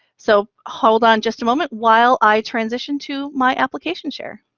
so hold on just a moment while i transition to my application share.